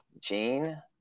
Gene